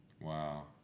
Wow